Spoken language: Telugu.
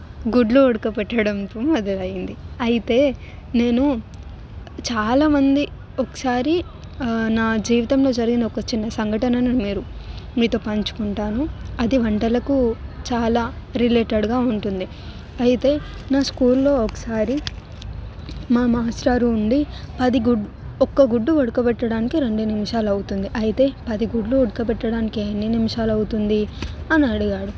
గుడ్లు ఉడకబెట్టడంతో మొదలయ్యింది అయితే నేను చాలామంది ఒకసారి నా జీవితంలో జరిగిన ఒక చిన్న సంఘటనను మీరు మీతో పంచుకుంటాను అది వంటలకు చాలా రిలేటెడ్గా ఉంటుంది అయితే నా స్కూల్లో ఒకసారి మా మాస్టారు ఉండి పది ఒక్క గుడ్డు ఉడకబెట్టడానికి రెండు నిమిషాలు అవుతుంది అయితే పది గుడ్లు ఉడకబెట్టడానికి ఎన్ని నిమిషాలు అవుతుంది అని అడిగాడు